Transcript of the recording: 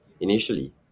initially